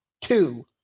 two